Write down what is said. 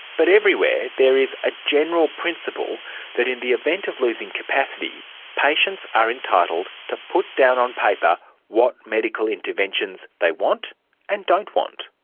but everywhere there is a general principle that in the event of losing capacity, patients are entitled to put down on paper what medical interventions they want and don't want.